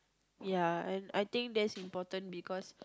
ya and I think that's important because